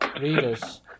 readers